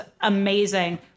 amazing